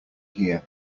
here